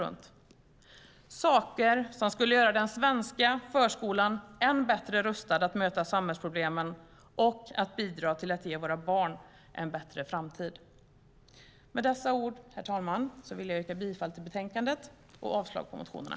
Det är saker som skulle göra den svenska förskolan än bättre rustad att möta samhällsproblemen och bidra till att ge våra barn en bättre framtid. Herr talman! Med dessa ord vill jag yrka bifall till utskottets förslag i betänkandet och avslag på motionerna.